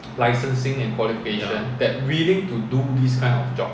ya